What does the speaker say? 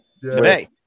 today